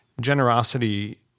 generosity